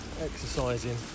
exercising